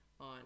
on